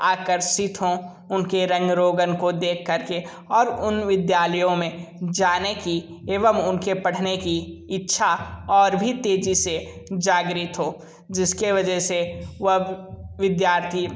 आकर्षित हो उनके रंग रोगन को देख कर के और उन विद्यालयों में जाने की एवं उनके पढ़ने की इच्छा और भी तेजी से जागृत हो जिसके वजह से वो विद्यार्थी